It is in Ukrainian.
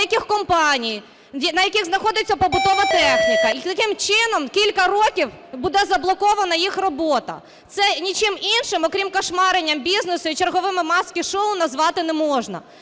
на яких знаходиться побутова техніка і таким чином кілька років буде заблокована їх робота. Це нічим іншим, окрім "кошмаренням" бізнесу і черговими "маски-шоу" назвати не можна.